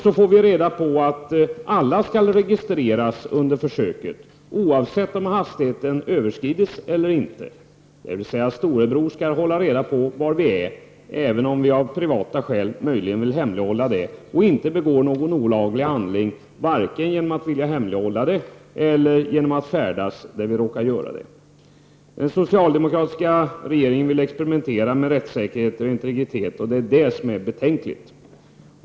Så får vi reda på att alla skall registreras under försöket, oavsett om hastigheten har överskridits eller inte, dvs. storebror skall hålla reda på var vi är även om vi av privata skäl vill hemlighålla det och inte begår någon olaglig handling, varken genom att vi vill hemlighålla det eller genom att vi färdas där vi råkar åka. Den socialdemokratiska regeringen vill experimentera med rättssäkerhet och integritet, och det är betänkligt.